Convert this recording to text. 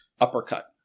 uppercut